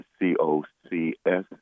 C-O-C-S